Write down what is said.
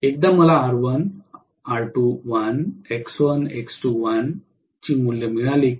एकदा मला R1 R2l X1 X2l ची मूल्ये मिळाली की